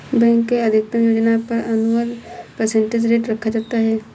bank के अधिकतम योजना पर एनुअल परसेंटेज रेट रखा जाता है